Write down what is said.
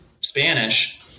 Spanish